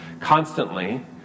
constantly